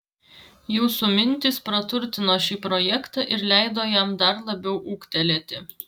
jūsų mintys praturtino šį projektą ir leido jam dar labiau ūgtelėti